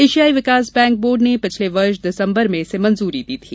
एशियाई विकास bank board ने पिछले वर्ष दिसंबर में इसे मंजूरी दी थी